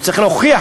הוא צריך להוכיח,